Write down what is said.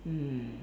mm